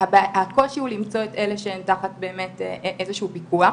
אבל הקושי הוא למצוא את אלה שהם תחת איזשהו פיקוח,